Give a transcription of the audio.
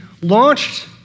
launched